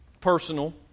Personal